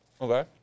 Okay